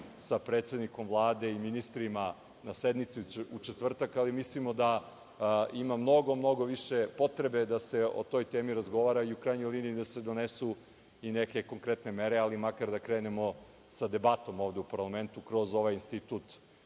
sa predsednikom Vlade i ministrima na sednici u četvrtak, ali mislimo da ima mnogo, mnogo više potrebe da se o toj temi razgovara i u krajnjoj liniji da se donesu i neke konkretne mere, ali makar da krenemo sa debatom ovde u parlamentu kroz ovaj institut